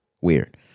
Weird